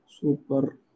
Super